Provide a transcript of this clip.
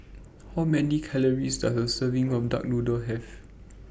How Many Calories Does A Serving of Duck Noodle Have